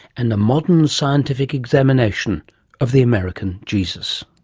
and a modern scientific examination of the american jesus.